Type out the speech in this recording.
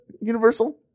Universal